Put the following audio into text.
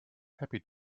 happy